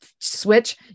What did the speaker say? switch